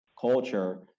culture